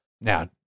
Now